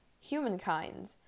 Humankind